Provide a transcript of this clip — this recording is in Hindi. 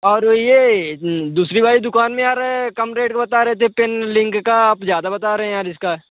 और ये दूसरी वाली दुकान में यार कम रेट बता रहे थे पेन लिंक का आप ज़्यादा बता रहे हैं यार इसका